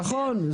נכון,